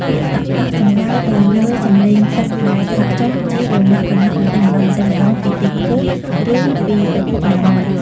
ពាក្យ តក់ៗ សំដៅទៅលើសំឡេងទឹកដែលស្រក់ចុះជាដំណក់ៗបន្តិចម្ដងៗពីទីខ្ពស់ ឬពីប្រភពណាមួយ។